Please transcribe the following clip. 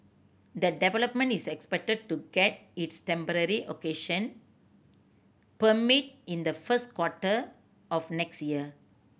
the development is expected to get its temporary occasion permit in the first quarter of next year